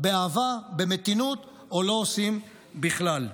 באהבה, במתינות, או לא עושים בכלל.